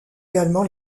également